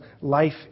life